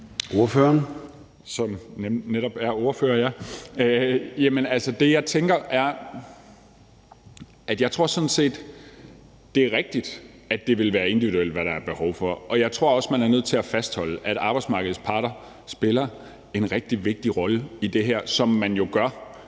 Det, jeg tænker, er, at jeg sådan set tror, at det er rigtigt, at det vil være individuelt, hvad der er behov for, og jeg tror også, man er nødt til at fastholde, at arbejdsmarkedets parter spiller en rigtig vigtig rolle i det her, hvilket man jo